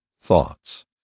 thoughts